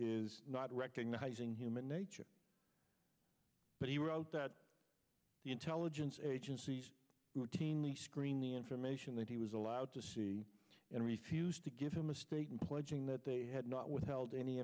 is not recognizing human nature but he wrote that the intelligence agencies were teeny screen the information that he was allowed to see and refused to give him a statement pledging that they had not withheld any